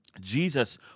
Jesus